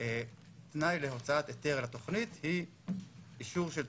תנאי להוצאת היתר לתוכנית הוא מימוש